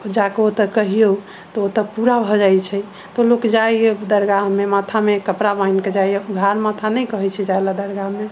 ओ जाकऽ ओतऽ कहियौ तऽ ओतऽ पूरा भऽ जाइ छै तऽ लोक जाइए दरगाह मे माथा मे कपड़ा बन्हि के जाइए उघार माथा नहि कहै छै जाइ ले दरगाह मे